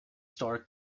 star